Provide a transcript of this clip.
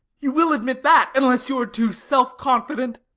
you will admit that, unless you are too self-confident.